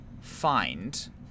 find